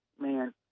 man